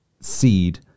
seed